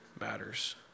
matters